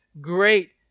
great